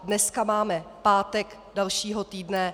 Dneska máme pátek dalšího týdne.